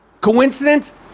Coincidence